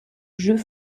jeux